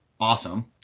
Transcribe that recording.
Awesome